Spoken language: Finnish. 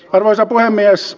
arvoisa puhemies